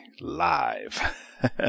live